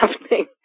happening